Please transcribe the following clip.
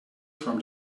from